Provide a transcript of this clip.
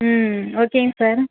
ம் ஓகேங்க சார்